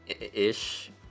ish